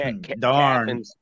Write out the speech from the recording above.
darn